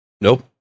Nope